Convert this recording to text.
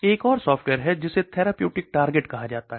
एक और सॉफ्टवेयर है जिसे थेराप्यूटिक टारगेट कहा जाता है